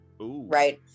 Right